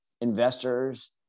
investors